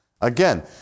Again